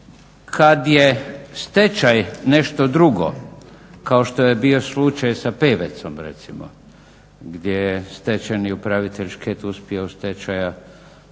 Kad je stečaj nešto drugo kao što je bio slučaj sa Pevecom na primjer gdje je stečajni upravitelj …/Govornik se ne